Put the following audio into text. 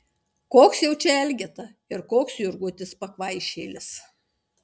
koks jau čia elgeta ir koks jurgutis pakvaišėlis